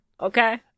Okay